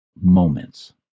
moments